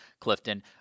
Clifton